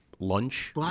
lunch